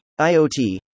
IOT